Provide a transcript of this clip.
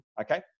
okay